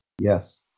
Yes